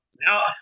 now